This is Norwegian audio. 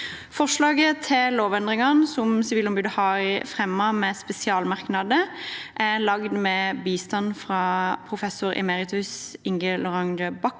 Forslaget til lovendringer som Sivilombudet har fremmet, med spesialmerknader, er lagd med bistand fra professor emeritus Inge Lorange Backer.